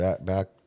back